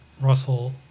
Russell